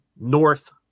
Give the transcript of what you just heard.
north